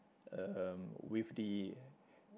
um with the